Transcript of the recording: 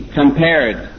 compared